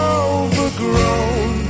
overgrown